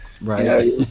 Right